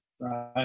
Right